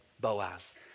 Boaz